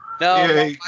No